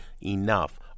enough